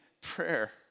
prayer